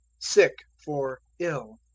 sick for ill.